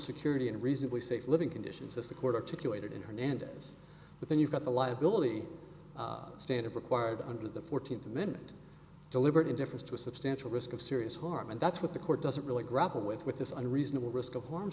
security and reasonably safe living conditions as the quarter to the way that in hernandez but then you've got the liability standard required under the fourteenth amendment deliberate indifference to a substantial risk of serious harm and that's what the court doesn't really grapple with with this unreasonable risk of harm